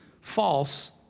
false